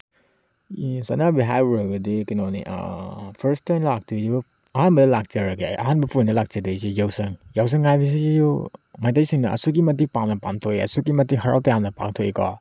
ꯆꯠꯅꯕꯤ ꯍꯥꯏꯔꯨꯒꯗꯤ ꯀꯩꯅꯣꯅꯤ ꯐꯥꯔꯁꯇ ꯂꯥꯛꯇꯣꯏꯁꯤꯕꯨ ꯑꯍꯥꯟꯕ ꯂꯥꯛꯆꯔꯒꯦ ꯑꯍꯥꯟꯕ ꯄꯣꯏꯟꯗ ꯂꯥꯛꯆꯗꯣꯏꯁꯦ ꯌꯥꯎꯁꯪ ꯌꯥꯎꯁꯪ ꯍꯥꯏꯕꯁꯤꯁꯨ ꯃꯩꯇꯩꯁꯤꯡꯅ ꯑꯁꯨꯛꯀꯤ ꯃꯇꯤꯛ ꯄꯥꯝꯅ ꯄꯥꯡꯊꯣꯛꯏ ꯑꯁꯨꯛꯀꯤ ꯃꯇꯤꯛ ꯍꯔꯥꯎ ꯇꯌꯥꯝꯅ ꯄꯥꯡꯊꯣꯛꯏꯀꯣ